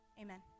Amen